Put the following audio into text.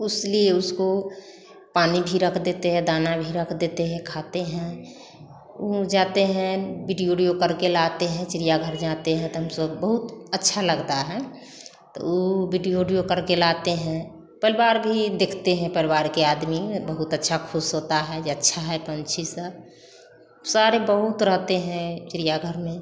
उस लिए उसको पानी भी रख देते हैं दाना भी रख देते हैं खाते हैं उड़ जाते हैं बिडियो उडियो कर के लाते हैं चिड़िया घर जाते हैं तो हम सबको अच्छा लगता है तो बिडियो उडीयो कर के लाते हैं परिवार भी देखते हैं परिवार के आदमी बहुत अच्छा खुश होता है अच्छा है पंछी सब सारे बहुत रहते हैं चिड़ियाघर में